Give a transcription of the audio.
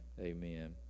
amen